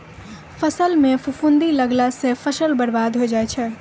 फसल म फफूंदी लगला सँ फसल बर्बाद होय जाय छै